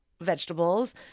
vegetables